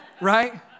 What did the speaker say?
right